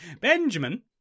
Benjamin